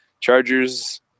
Chargers